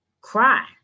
cry